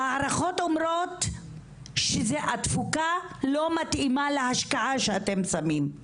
והערכות אומרות שזה התקופה לא מתאימה להשקעה שאתם שמים.